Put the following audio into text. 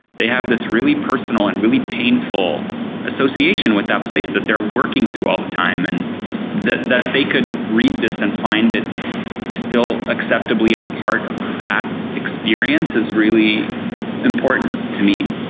they have this really personal and really painful association with that place that they are working through all the time, and that that they could read this and find it still acceptably a part of that experience is really important to me.